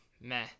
meh